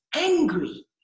angry